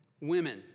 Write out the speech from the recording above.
women